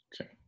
Okay